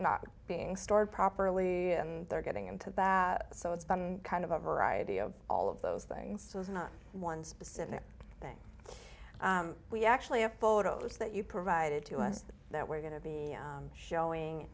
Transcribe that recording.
not being stored properly and they're getting into that so it's been kind of a variety of all of those things so it's not one specific thing we actually have photos that you provided to us that we're going to be showing